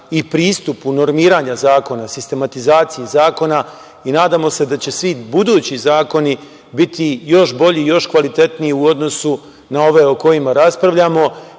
i pristupu normiranja zakona, sistematizacije zakona i nadamo se da će svi budući zakoni biti još bolji, još kvalitetniji u odnosu na ove o kojima raspravljamo